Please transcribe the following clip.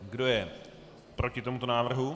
Kdo je proti tomuto návrhu?